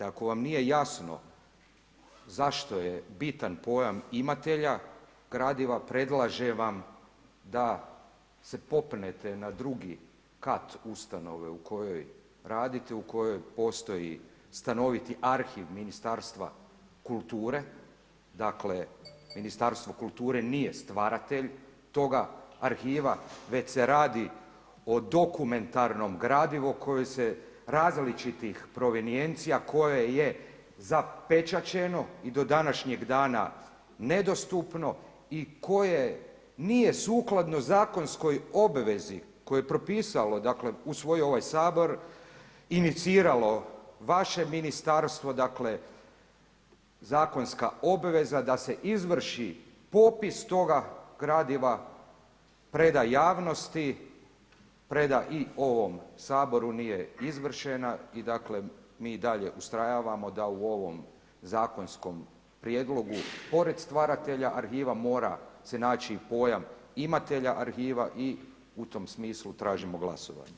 Ako vam nije jasno zašto je bitan pojam „imatelja“, gradiva, predlažem vam da se popnete na II. kat ustanove u kojoj radite, u kojoj postoji stanoviti arhiv Ministarstva kulture, dakle Ministarstvo kulture nije stvaratelj toga arhiva već se radi o dokumentarnom gradivu koje se različitih provenijencija koje je zapečaćeno i do današnjeg dana nedostupno i koje nije sukladno zakonskoj obvezi koje je propisalo, dakle usvojio je ovaj Sabor, iniciralo vaše ministarstvo, dakle zakonska obveza da se izvrši popis toga gradiva, preda javnosti, predaja i ovom Saboru nije izvršena i dakle, mi i dalje ustrajavamo da u ovom zakonskom prijedlogu pored stvaratelja arhiva mora se naći i pojam imatelja arhiva i u tom smislu tražimo glasovanje.